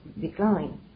decline